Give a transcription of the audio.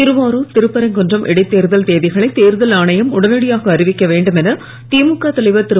திருவாரூர் திருப்பரங்குன்றம் இடைத்தேர்தல் தேதிகளை தேர்தல் ஆணையம் உடனடியாக அறிவிக்க வேண்டும் என திமுக தலைவர் திரு